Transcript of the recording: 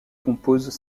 composent